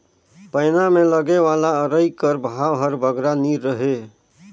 पैना मे लगे वाला अरई कर भाव हर बगरा नी रहें